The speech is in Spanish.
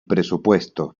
presupuesto